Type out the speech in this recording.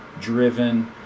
driven